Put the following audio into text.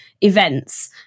events